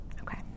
Okay